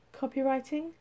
copywriting